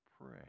Pray